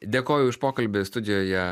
dėkoju už pokalbį studijoje